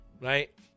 right